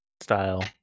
style